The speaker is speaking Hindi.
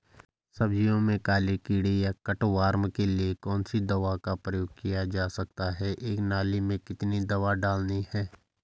सब्जियों में काले कीड़े या कट वार्म के लिए कौन सी दवा का प्रयोग किया जा सकता है एक नाली में कितनी दवा डालनी है?